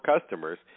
customers